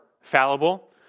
fallible